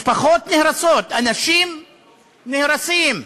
משפחות נהרסות, אנשים נהרסים,